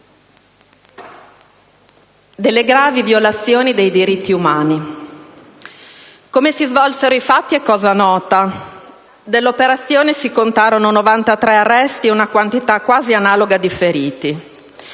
gravi violazioni dei diritti umani. Come si svolsero i fatti è cosa nota: dell'operazione si contarono 93 arresti e una quantità quasi analoga di feriti.